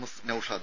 S Naushad